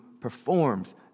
performs